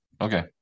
Okay